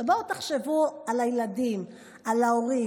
עכשיו, בואו תחשבו על הילדים, על ההורים.